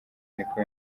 niko